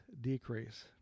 decrease